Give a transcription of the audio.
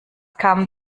kamen